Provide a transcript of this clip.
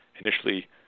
initially